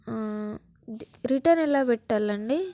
return ఎలా పెట్టాలండి